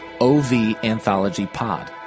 OVAnthologyPod